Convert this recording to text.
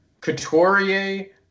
Couturier